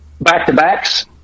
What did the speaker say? back-to-backs